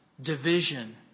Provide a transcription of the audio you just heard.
division